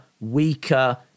weaker